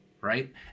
right